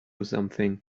something